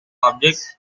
object